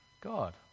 God